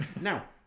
Now